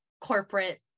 corporate